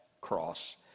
cross